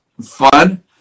fun